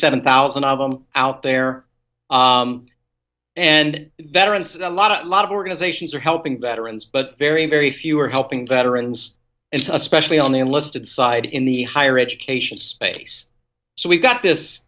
seven thousand of them out there and that aren't a lot a lot of organizations are helping veterans but very very few are helping veterans it's especially on the enlisted side in the higher education space so we've got this